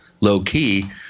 low-key